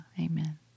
amen